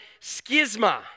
schisma